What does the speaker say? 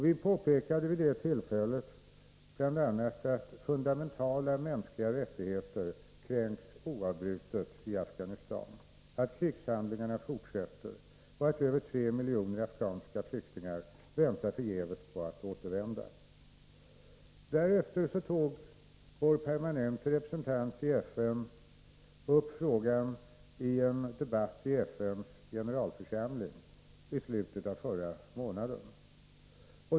Vi påpekade vid det tillfället bl.a. att fundamentala mänskliga rättigheter kränks oavbrutet i Afghanistan, att krigshandlingarna fortsätter och att över 3 miljoner afghanska flyktingar väntar på att kunna återvända. Därefter tog vår permanente representant i FN upp frågan i en debatt i FN:s generalförsamling i slutet av förra månaden.